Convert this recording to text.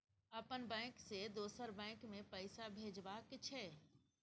अपन बैंक से दोसर बैंक मे पैसा भेजबाक छै?